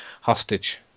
hostage